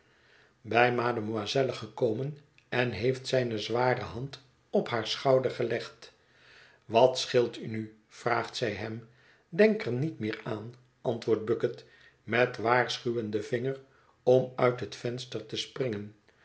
bij mademoiselle gekomen en heeft zijne zware hand op haar schouder gelegd wat scheelt u nu vraagt zij hem denk er niet meer aan antwoordt bucket met waarschuwenden vinger om uit het venster te springen